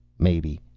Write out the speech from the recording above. maybe.